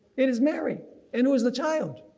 it is mary and who is the child?